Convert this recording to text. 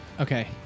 Okay